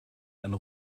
einen